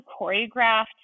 choreographed